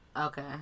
Okay